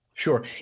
Sure